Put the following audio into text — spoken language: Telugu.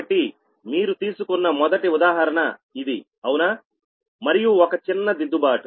కాబట్టి మీరు తీసుకున్న మొదటి ఉదాహరణ ఇది అవునా మరియు ఒక చిన్న దిద్దుబాటు